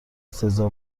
سزا